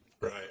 Right